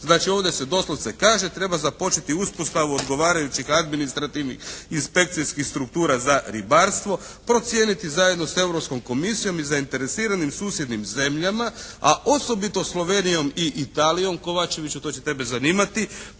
Znači, ovdje se doslovce kaže treba započeti uspostavu odgovarajućih administrativnih inspekcijskih struktura za ribarstvo, procijeniti zajedno sa Europskom komisijom i zainteresiranim susjednim zemljama, a osobito Slovenijom i Italijom Kovačeviću to će tebe zanimati,